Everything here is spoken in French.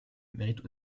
méritent